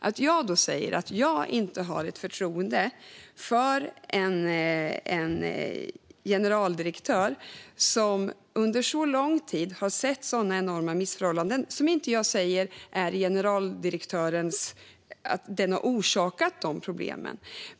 Att jag säger att jag inte har förtroende för en generaldirektör som under så lång tid har sett sådana enorma missförhållanden är inte detsamma som att säga att generaldirektören har orsakat de problemen.